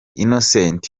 innocent